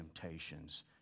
temptation's